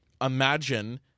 Imagine